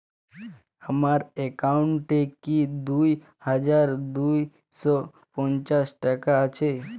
আমার অ্যাকাউন্ট এ কি দুই হাজার দুই শ পঞ্চাশ টাকা আছে?